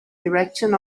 direction